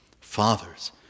Fathers